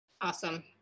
Awesome